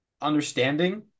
understanding